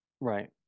Right